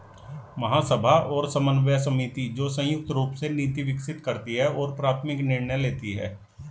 महासभा और समन्वय समिति, जो संयुक्त रूप से नीति विकसित करती है और प्राथमिक निर्णय लेती है